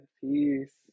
Peace